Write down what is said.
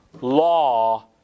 law